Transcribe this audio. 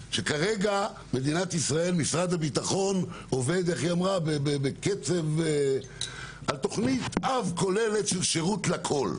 שכרגע משרד הביטחון עובד בקצב על תכנית אב כוללת של שירות לכל,